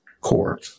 core